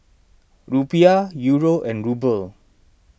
Rupiah Euro and Ruble